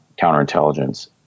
counterintelligence